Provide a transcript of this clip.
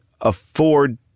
afford